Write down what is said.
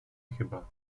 chyba